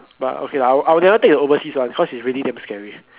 but okay I'll never take the overseas one because it is really damn scary